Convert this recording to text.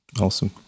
Awesome